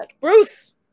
Bruce